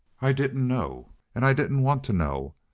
i didn't know and i didn't want to know.